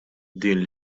din